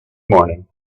morning